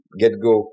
get-go